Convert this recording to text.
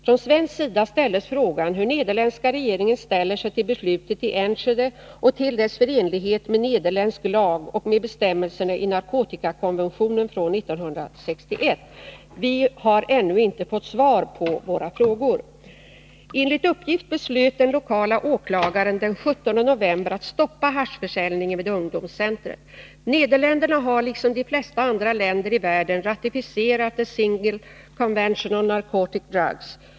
Från svensk sida ställdes frågan hur nederländska regeringen ställer sig till beslutet i Enschede och till dess förenlighet med nederländsk lag och med bestämmelserna i narkotikakonventionen från 1961. Vi har ännu inte fått svar på våra frågor. Enligt uppgift beslöt den lokala åklagaren den 17 november att stoppa —« haschförsäljningen vid ungdomscentret. Nederländerna har liksom de flesta andra länder i världen ratificerat the Single Convention om Narcotic Drugs.